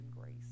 grace